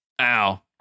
Ow